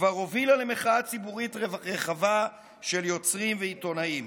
כבר הובילה למחאה ציבורית רחבה של יוצרים ועיתונאים.